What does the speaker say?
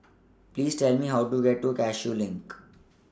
Please Tell Me How to get to Cashew LINK